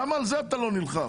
למה על זה אתה לא נלחם?